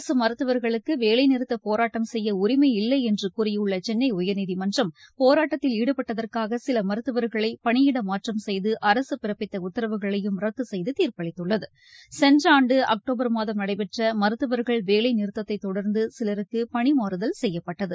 அரசு மருத்துவர்களுக்கு வேலை நிறுத்தப்போராட்டம் செய்ய உரிமையில்லை என்று கூறியுள்ள சென்னை உயர்நீதிமன்றம் போராட்டத்தில் ஈடுபட்டதற்காக சில மருத்துவர்களை பனியிட மாற்றம் செய்து அரசு பிறப்பித்த உத்தரவுகளையும் ரத்து செய்து தீர்ப்பளித்துள்ளது சென்ற ஆண்டு அக்டோபர் மாதம் நடைபெற்ற மருத்துவர்கள் வேலைநிறுத்ததைத் தொடர்ந்து சிலருக்கு பணிமாறுதல் செய்யப்பட்டது